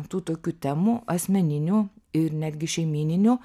tų tokių temų asmeninių ir netgi šeimyninių